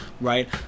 right